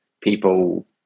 people